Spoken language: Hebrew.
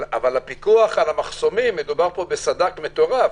אבל בפיקוח על המחסומים מדובר פה בסד"כ מטורף.